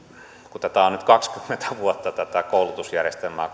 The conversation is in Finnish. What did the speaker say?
ja kun on nyt kaksikymmentä vuotta tätä koulutusjärjestelmää